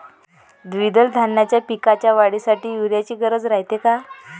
द्विदल धान्याच्या पिकाच्या वाढीसाठी यूरिया ची गरज रायते का?